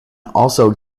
also